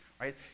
right